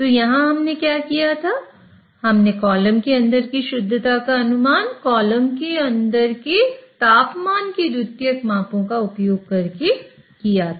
तो यहां हमने क्या किया था हमने कॉलम के अंदर की शुद्धता का अनुमान कॉलम के अंदर के तापमान के द्वितीयक मापों का उपयोग करके किया था